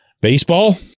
baseball